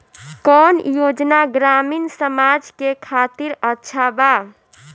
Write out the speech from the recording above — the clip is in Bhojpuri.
कौन योजना ग्रामीण समाज के खातिर अच्छा बा?